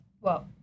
Whoa